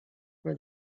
for